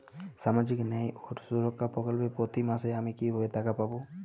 সামাজিক ন্যায় ও সুরক্ষা প্রকল্পে প্রতি মাসে আমি কিভাবে টাকা পাবো?